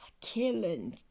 Killing